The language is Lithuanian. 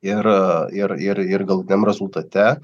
ir ir ir ir galutiniam rezultate